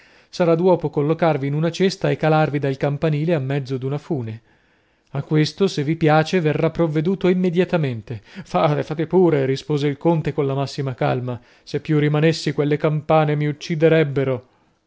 sarà d'uopo collocarvi in una cesta e calarvi dal campanile a mezzo d'una fune a questo se vi piace verrà provveduto immediatamente fate fate pure rispose il conte colla massima calma se più rimanessi quelle campane mi ucciderebbero